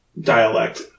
dialect